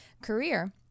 career